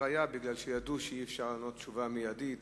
היא מפני שידעו שאי-אפשר לענות תשובה מיידית